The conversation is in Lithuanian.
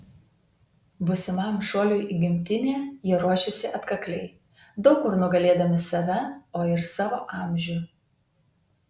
būsimam šuoliui į gimtinę jie ruošėsi atkakliai daug kur nugalėdami save o ir savo amžių